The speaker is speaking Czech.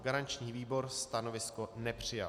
Garanční výbor stanovisko nepřijal.